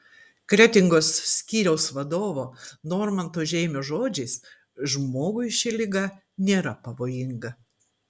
kretingos skyriaus vadovo normanto žeimio žodžiais žmogui ši liga nėra pavojinga